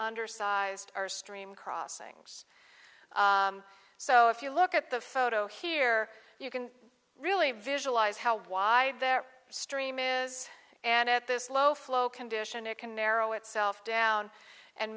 undersized or stream crossings so if you look at the photo here you can really visualize how wide their stream is and at this low flow condition it can narrow itself down and